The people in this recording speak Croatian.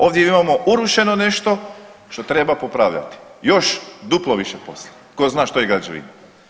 Ovdje imamo urušeno nešto što treba popravljati još duplo više posla tko zna što je građevina.